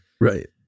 Right